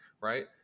right